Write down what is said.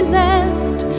left